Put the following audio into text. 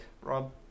Rob